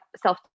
self